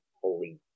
Holy